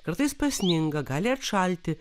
kartais pasninga gali atšalti